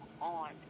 on